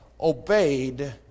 obeyed